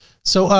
so